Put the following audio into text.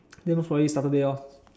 then probably Saturday lor